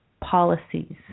policies